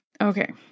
Okay